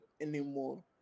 Anymore